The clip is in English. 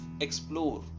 explore